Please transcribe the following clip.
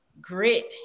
grit